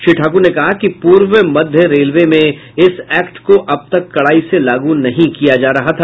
श्री ठाकुर ने कहा कि पूर्व मध्य रेलवे में इस ऐक्ट को अब तक कड़ाई से लागू नहीं किया जा रहा था